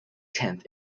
tenth